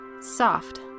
Soft